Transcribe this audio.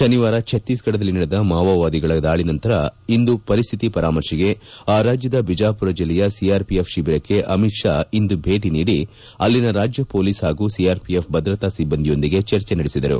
ಶನಿವಾರ ಛತ್ತೀಷ್ಗಢದಲ್ಲಿ ನಡೆದ ಮಾವೋವಾದಿಗಳ ದಾಳಿ ನಂತರ ಇಂದು ಪರಿಸ್ಟಿತಿ ಪರಾಮರ್ಶೆಗೆ ಆ ರಾಜ್ಲದ ಬಿಜಾಪುರ ಜಿಲ್ಲೆಯ ಸಿಆರ್ಪಿಎಫ್ ಶಿಬಿರಕ್ಕೆ ಅಮಿತ್ ಷಾ ಇಂದು ಭೇಟಿ ನೀಡಿ ಅಲ್ಲಿನ ರಾಜ್ಲ ಪೊಲೀಸ್ ಹಾಗು ಸಿಆರ್ಪಿಎಫ್ ಭದ್ರತಾ ಸಿಬ್ಬಂದಿಯೊಂದಿಗೆ ಚರ್ಚೆ ನಡೆಸಿದರು